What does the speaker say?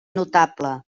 notable